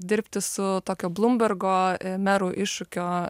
dirbti su tokio blumbergo merų iššūkio